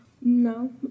No